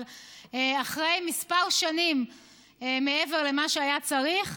אבל אחרי מספר שנים מעבר למה שהיה צריך,